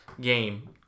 game